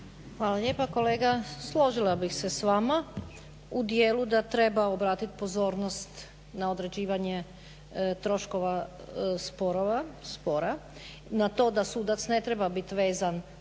Hvala lijepa. Kolega složila bih se s vama u dijelu da treba obratiti pozornost na određivanja troškova spora, na to da sudaca ne treba biti vezan